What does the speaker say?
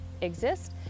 exist